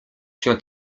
się